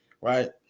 right